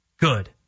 good